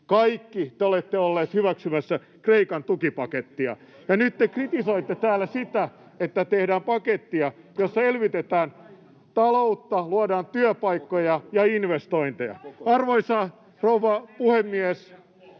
Kaikki te olette olleet hyväksymässä Kreikan tukipakettia, ja nyt te kritisoitte täällä sitä, että tehdään pakettia, jossa elvytetään taloutta, luodaan työpaikkoja ja investointeja. Arvoisa rouva puhemies!